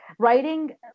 Writing